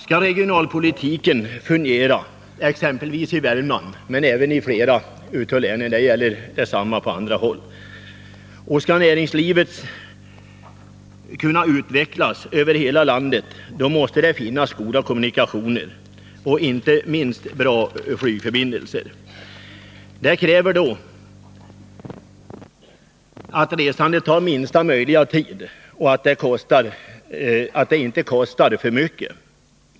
Skall regionalpolitiken fungera, exempelvis i Värmland men även i flera andra län, och skall näringslivet kunna utvecklas i landet, måste det finnas goda kommunikationer. Inte minst måste man ha goda flygförbindelser. Det kräver då att resandet tar minsta möjliga tid och att det inte kostar för mycket.